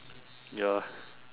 ya